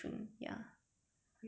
are you sure